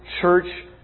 church